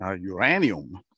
uranium